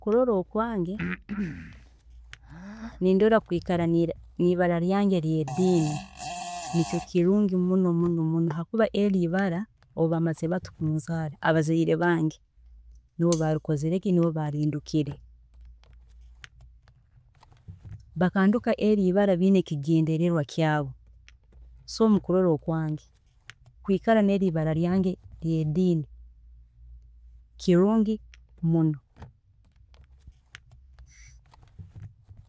﻿Mukurola okwange nindora kwikara nibara ryange eryediini nikyo kirungi muno muno habwokuba eri ibara abazaire bange obu bamazire bati kunzaara, nibo barindukire, so mukurola okwange bakanduka eri ibara biine ekigendererwa kyaabo, so mukurola okwange kwikara neryo ibara eri bandukire kirungi muno muno